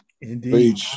indeed